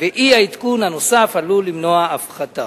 ואי-העדכון הנוסף עלול למנוע הפחתה.